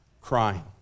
crying